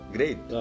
Great